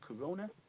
corona